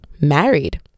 married